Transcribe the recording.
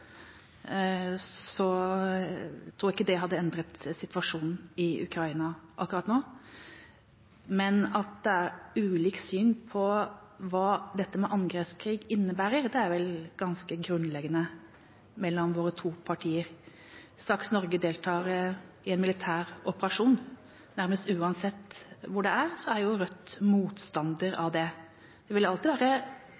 Så tror jeg ikke det hadde endret situasjonen i Ukraina akkurat nå, men at det er ulikt syn på hva dette med angrepskrig innebærer, er vel ganske grunnleggende mellom våre to partier. Straks Norge deltar i en militær operasjon, nærmest uansett hvor det er, er Rødt motstander